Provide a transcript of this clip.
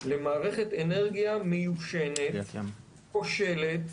למערכת אנרגיה מיושנת, כושלת,